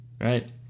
right